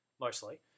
mostly